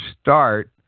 start